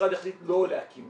המשרד החליט לא להקים